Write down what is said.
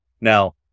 Now